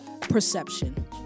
Perception